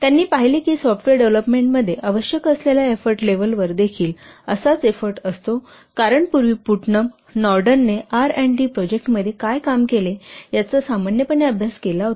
त्यांनी पाहिले की सॉफ्टवेअर डेव्हलपमेंटमध्ये आवश्यक असलेल्या एफ्फोर्ट लेव्हल वर देखील असाच एफ्फोर्ट असतो कारण पूर्वी पुटनम नॉर्डनने R व D प्रोजेक्ट मध्ये काय काम केले याचा सामान्यपणे अभ्यास केला होता